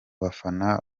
bafana